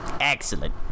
Excellent